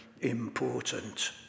important